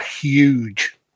huge